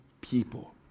people